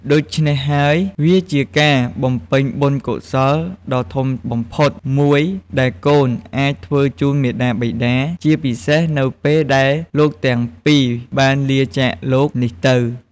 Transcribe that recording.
ដូច្នេះហើយ វាជាការបំពេញបុណ្យកុសលដ៏ធំបំផុតមួយដែលកូនអាចធ្វើជូនមាតាបិតា ជាពិសេសនៅពេលដែលលោកទាំងពីរបានលាចាកលោកនេះទៅ។